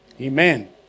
Amen